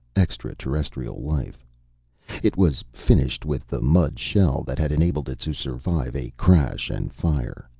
extra-terrestrial-life. it was finished with the mud shell that had enabled it to survive a crash and fire.